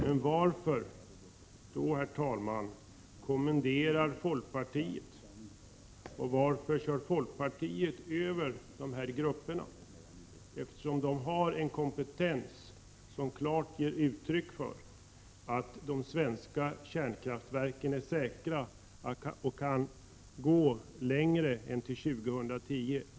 Men varför då, herr talman, kommenderar folkpartiet och varför kör folkpartiet över denna grupp, om den har en kompetens som klart ger uttryck för att de svenska kärnkraftverken är säkra och kan gå längre än till 2010?